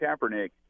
Kaepernick